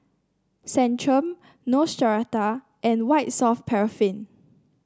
Centrum Neostrata and White Soft Paraffin